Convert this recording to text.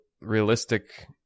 realistic